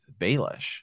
Baelish